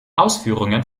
ausführungen